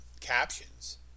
captions